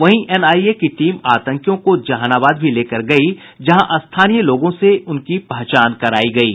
वहीं एनआईए की टीम आतंकियों को जहानाबाद लेकर भी गई जहां स्थानीय लोगों से आंतकियों की पहचान करायी गयी